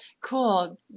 Cool